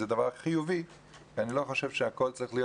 זה דבר חיובי כי אני לא חושב שהכול צריך להיות